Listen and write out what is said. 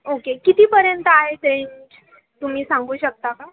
okay कितीपर्यंत आहे ते तुम्ही सांगू शकता का